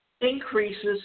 increases